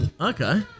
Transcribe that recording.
Okay